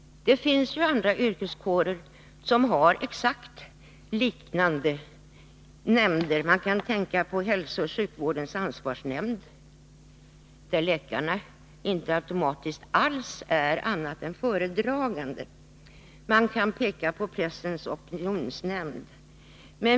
Det finns andra yrkeskårer som har liknande nämnder. Vi kan tänka på hälsooch sjukvårdens ansvarsnämnd, där läkarna inte alls automatiskt är annat än föredragande. Vi kan peka på pressens opinionsnämnd.